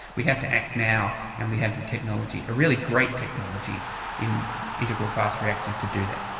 we have to act now and we have the technology, a really great technology in integral fast reactors to do that.